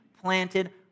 planted